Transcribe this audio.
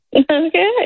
Okay